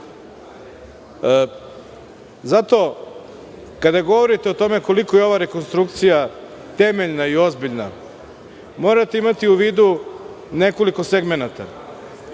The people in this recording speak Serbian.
zato kada govorite koliko je ova rekonstrukcija temeljna i ozbiljna morate imati u vidu nekoliko segmenata.